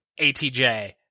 ATJ